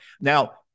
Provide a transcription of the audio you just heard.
Now